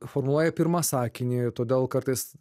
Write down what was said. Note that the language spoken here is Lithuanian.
formuluoja pirmą sakinį todėl kartais